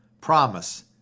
promise